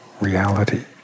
reality